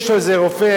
יש לו איזה רופא,